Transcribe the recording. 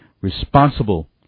responsible